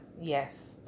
Yes